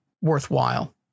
worthwhile